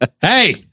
hey